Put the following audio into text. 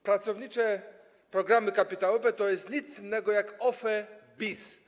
Pracownicze programy kapitałowe to nic innego jak OFE bis.